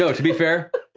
so to be fair,